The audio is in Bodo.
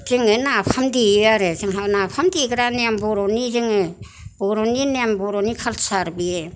जोङो नाफाम देयो आरो जोंहा नाफाम देग्रा नेम बर'नि जोङो बर'नि नेम बर'नि खाल्सार बे